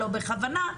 לא בכוונה.